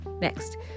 Next